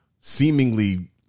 seemingly